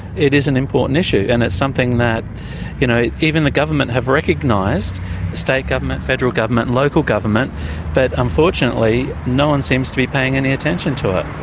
it is an important issue and it's something that you know even the government have recognised state government, federal government and local government but unfortunately no one seems to be paying any attention to it.